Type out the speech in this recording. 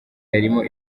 yarimo